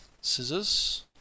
scissors